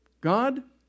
God